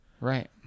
Right